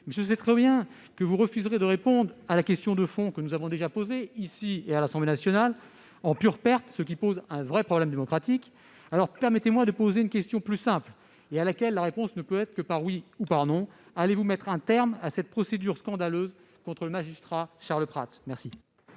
je sais trop bien que vous refuserez de répondre à la question de fond- nous l'avons déjà posée, ici ou à l'Assemblée nationale, mais en vain, ce qui pose un problème démocratique -, permettez-moi de vous poser une question plus simple et à laquelle on ne peut répondre que par oui ou non : allez-vous mettre un terme à cette procédure scandaleuse contre le magistrat Charles Prats ? La